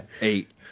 Eight